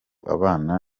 abana